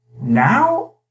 now